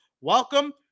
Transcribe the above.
welcome